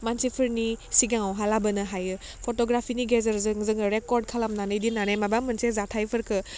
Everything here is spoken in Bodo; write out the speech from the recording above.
मानसिफोरनि सिगाङावहा लाबोनो हायो फट'ग्राफिनि गेजेरजों जोङो रेकर्ड खालामनानै दोन्नानै माबा मोनसे जाथायफोरखो